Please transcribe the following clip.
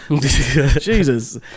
Jesus